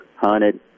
hunted